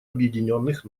объединенных